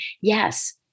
yes